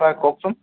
হয় কওকচোন